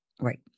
Right